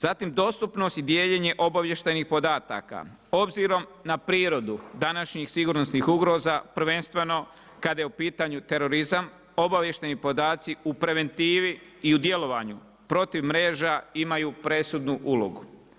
Zatim dostupnost i dijeljenje obavještajnih podataka, obzirom na prirodu današnjih sigurnosnih ugroza, prvenstveno kada je pitanju terorizam, obavještajni podaci u preventivi i u djelovanju protiv mreža imaju presudnu ulogu.